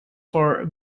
for